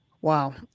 Wow